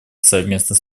совместно